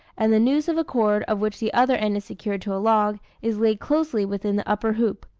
and the noose of a cord, of which the other end is secured to a log, is laid closely within the upper hoop.